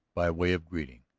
by way of greeting.